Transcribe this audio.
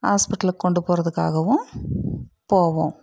hospital கொண்டு போகிறதுக்காகவும் போவோம்